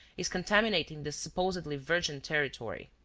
is contaminating this supposedly virgin territory.